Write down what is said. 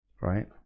right